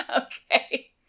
Okay